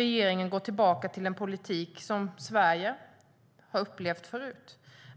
Regeringen går tillbaka till en politik Sverige har upplevt tidigare